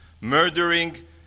murdering